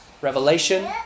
Revelation